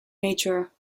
nature